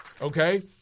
okay